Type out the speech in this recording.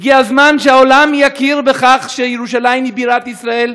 הגיע הזמן שהעולם יכיר בכך שירושלים היא בירת ישראל,